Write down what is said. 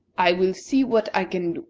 i will see what i can do.